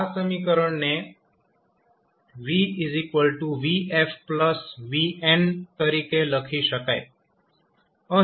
આ સમીકરણને vvfvn તરીકે લખી શકાય છે